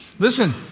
Listen